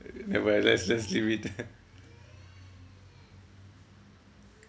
never mind let's let's just leave it there